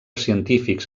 científics